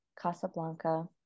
Casablanca